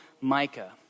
Micah